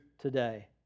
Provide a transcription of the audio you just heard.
today